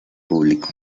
público